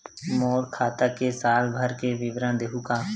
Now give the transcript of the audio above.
मोर खाता के साल भर के विवरण देहू का?